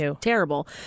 terrible